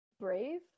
brave